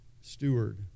steward